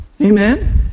Amen